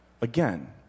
Again